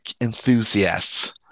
enthusiasts